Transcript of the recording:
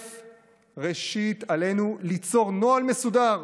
ראשית עלינו ליצור נוהל מסודר,